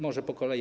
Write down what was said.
Może po kolei.